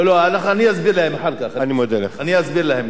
אני אסביר להם